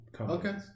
Okay